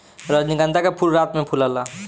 रजनीगंधा के फूल रात में फुलाला